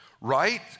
right